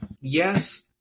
yes